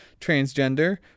transgender